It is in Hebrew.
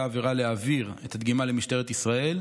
העבירה להעביר את הדגימה למשטרת ישראל,